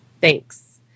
thanks